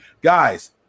guys